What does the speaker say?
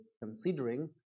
considering